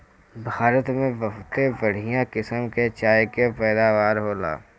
भारत में बहुते बढ़िया किसम के चाय के पैदावार होला